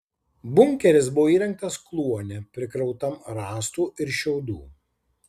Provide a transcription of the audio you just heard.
bunkeris buvo įrengtas kluone prikrautam rąstų ir šiaudų